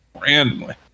Randomly